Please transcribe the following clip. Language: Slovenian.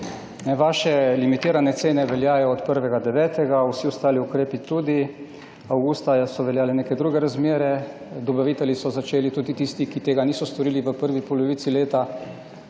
Vaše limitirane cene veljajo od 1. 9. Vsi ostali ukrepi tudi. Avgusta so veljale neke druge razmere. Dobavitelji so začeli, tudi tisti, ki tega niso storili v prvi polovici leta,